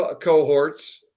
cohorts